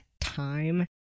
time